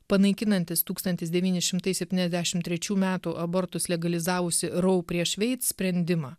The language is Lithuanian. panaikinantis tūkstantis devyni šimtai septyniasdešim trečių metų abortus legalizavusį rau prieš veid sprendimą